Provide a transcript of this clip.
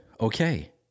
okay